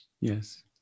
Yes